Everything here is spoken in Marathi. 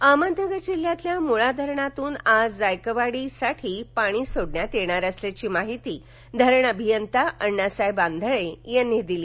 पाणी अहमदनगर जिल्ह्यातील मुळा धरणातून आज जायकवाडीसाठी पाणी सोडण्यात येणार असल्याची माहिती धरण अभियंता अण्णासाहेब आंधळे यांनी दिली